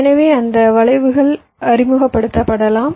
எனவே அந்த வளைவுகள் அறிமுகப்படுத்தப்படலாம்